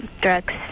drugs